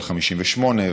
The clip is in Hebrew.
על 58%,